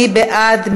מי בעד?